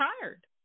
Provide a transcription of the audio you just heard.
tired